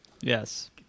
Yes